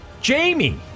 Jamie